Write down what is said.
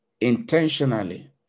intentionally